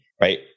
Right